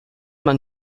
man